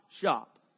shop